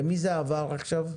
למי זה עבר עכשיו?